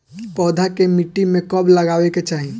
पौधा के मिट्टी में कब लगावे के चाहि?